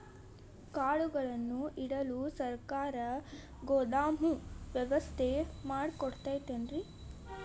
ಕಾಳುಗಳನ್ನುಇಡಲು ಸರಕಾರ ಗೋದಾಮು ವ್ಯವಸ್ಥೆ ಕೊಡತೈತೇನ್ರಿ?